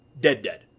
dead-dead